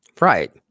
right